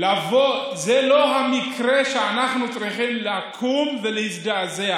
זה לא המקרה שאנחנו צריכים לקום ולהזדעזע